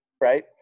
Right